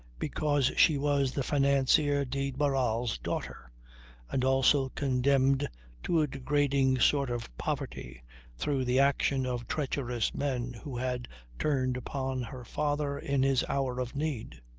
because she was the financier de barral's daughter and also condemned to a degrading sort of poverty through the action of treacherous men who had turned upon her father in his hour of need.